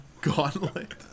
Gauntlet